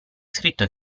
scritto